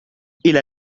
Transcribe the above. إلى